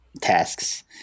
tasks